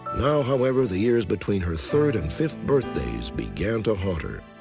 now, however, the years between her third and fifth birthdays began to haunt her.